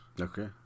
Okay